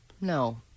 No